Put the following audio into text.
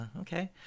Okay